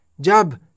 jab